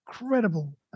incredible